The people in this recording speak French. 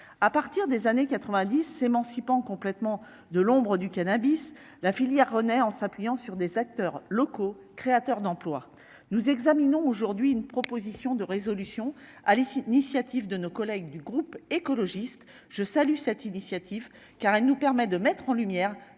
à partir des années 90 émancipant complètement de l'ombre du cannabis, la filière renaît en s'appuyant sur des acteurs locaux, créateur d'emplois, nous examinons aujourd'hui une proposition de résolution à l'issue d'initiative de nos collègues du groupe écologiste je salue cette initiative car elle nous permet de mettre en lumière,